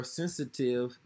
sensitive